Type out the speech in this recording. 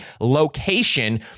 location